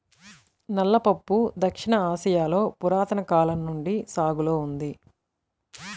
నల్ల పప్పు దక్షిణ ఆసియాలో పురాతన కాలం నుండి సాగులో ఉంది